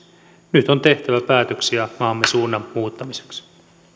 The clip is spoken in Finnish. nyt on tehtävä päätöksiä maamme suunnan muuttamiseksi